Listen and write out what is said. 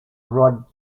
rod